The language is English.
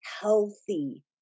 healthy